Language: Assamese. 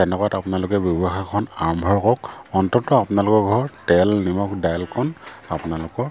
তেনেকুৱাত আপোনালোকে ব্যৱসায়খন আৰম্ভ কৰক অন্ততঃ আপোনালোকৰ ঘৰৰ তেল নিমখ দাইলকণ আপোনালোকৰ